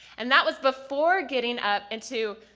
and that was before getting up into,